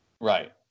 Right